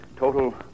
Total